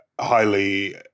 highly